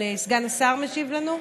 סגן השר משיב לנו?